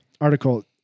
article